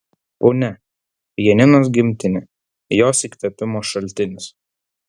punia janinos gimtinė jos įkvėpimo šaltinis